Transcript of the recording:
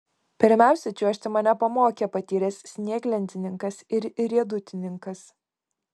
pirmiausia čiuožti mane pamokė patyręs snieglentininkas ir riedutininkas